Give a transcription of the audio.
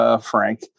Frank